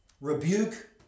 rebuke